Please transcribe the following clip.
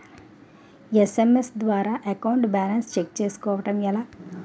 SMS ద్వారా account balance check చేసుకోవటం ఎలా?